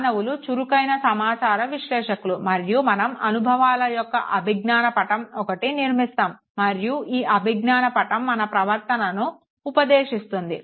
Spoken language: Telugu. మానవులు చురుకైన సామాచార విశ్లేషకులు మరియు మనం అనుభవావల యొక్క అభిజ్ఞాన పటం ఒకటి నిర్మిస్తాము మరియు ఈ అభిజ్ఞాన పటం మన ప్రవర్తనను ఉపదేశిస్తుంది